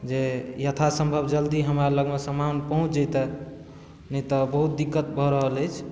जे यथा सम्भव जल्दी हमरा लगमे सामान पहुँच जैता नहि तऽ बहुत दिक्कत भऽ रहल अछि